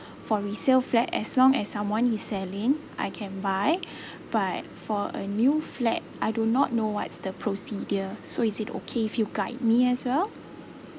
for resale flat as long as someone is selling I can buy but for a new flat I do not know what's the procedure so is it okay if you guide me as well